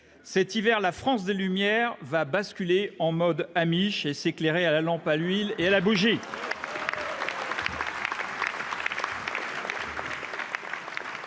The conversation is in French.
Cet hiver, la France des Lumières va basculer en mode. Et s'éclairer à la lampe à huile et elle a bougé.